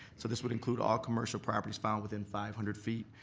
so this would include all commercial properties found within five hundred feet,